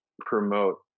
Promote